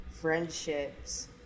friendships